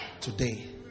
Today